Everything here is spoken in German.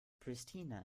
pristina